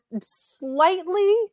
slightly